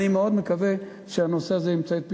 ואני מקווה מאוד שהנושא הזה ימצא את פתרונו,